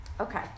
Okay